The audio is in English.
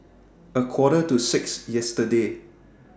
A Quarter to six yesterday